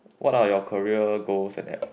what are your career goals as